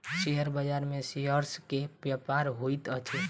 share बाजार में shares के व्यापार होइत अछि